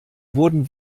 wurden